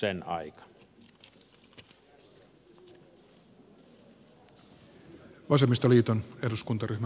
nyt on taas sen aika